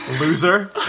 Loser